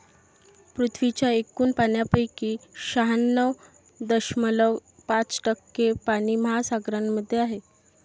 पृथ्वीच्या एकूण पाण्यापैकी शहाण्णव दशमलव पाच टक्के पाणी महासागरांमध्ये आहे